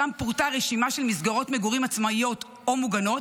שם פורטה רשימה של מסגרות מגורים עצמאיות או מוגנות,